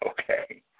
Okay